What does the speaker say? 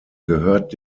gehört